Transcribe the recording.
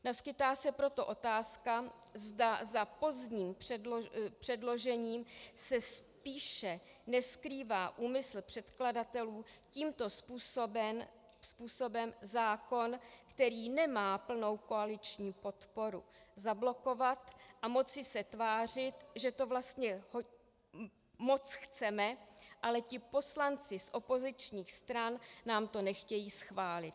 Naskýtá se proto otázka, zda za pozdním předložením se spíše neskrývá úmysl předkladatelů tímto způsobem zákon, který nemá plnou koaliční podporu, zablokovat a moci se tvářit, že to vlastně moc chceme, ale ti poslanci z opozičních stran nám to nechtějí schválit.